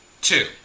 Two